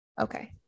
okay